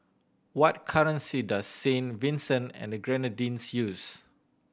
what currency does Saint Vincent and Grenadines use